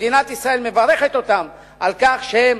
ומדינת ישראל מברכת אותם על כך שהם